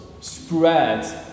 spreads